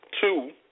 Two